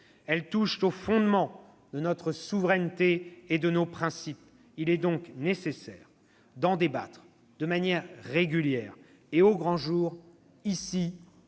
Elles touchent aux fondements de notre souveraineté et de nos principes. Il est donc nécessaire d'en débattre de manière régulière et au grand jour avec